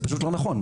וזה פשוט לא נכון.